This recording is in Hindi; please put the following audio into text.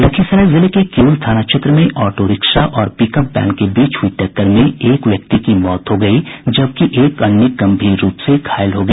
लखीसराय जिले के किऊल थाना क्षेत्र में ऑटोरिक्शा और पिकअप वैन के बीच टक्कर में एक व्यक्ति की मौत हो गयी जबकि एक अन्य गंभीर रूप से घायल हो गया